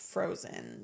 Frozen